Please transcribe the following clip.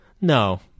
No